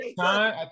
time